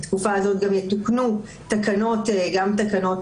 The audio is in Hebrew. בתקופה זו יתוקנו גם תקנות